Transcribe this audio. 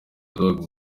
dogg